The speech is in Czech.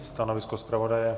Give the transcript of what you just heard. Stanovisko zpravodaje?